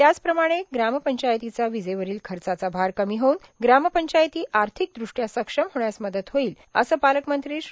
त्याचप्रमाणे ग्रामपंचायतीचा वीजेवरील खर्चाचा भार कमी होऊन ग्रामपंचायती आर्थिकदृष्ट्या सक्षम होण्यास मदत होईल असं पालकमंत्री श्री